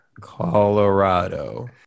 Colorado